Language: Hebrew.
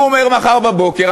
הוא אומר: מחר בבוקר,